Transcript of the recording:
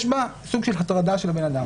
יש בה סוג של הטרדה של הבן-אדם.